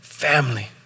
family